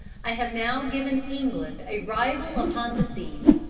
i have now given england a rival upon the seas.